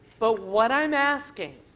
but what i'm asking